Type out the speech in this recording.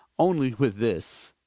only with this.